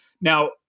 Now